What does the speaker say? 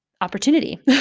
opportunity